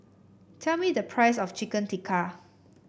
tell me the price of Chicken Tikka